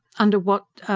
under what. er.